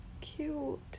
Cute